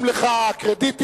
נא להודיע.